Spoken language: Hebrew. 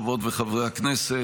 חברות וחברי הכנסת,